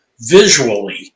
visually